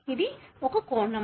అది ఒక కోణం